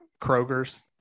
Kroger's